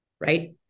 right